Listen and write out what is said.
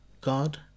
God